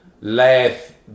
laugh